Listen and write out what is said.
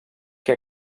que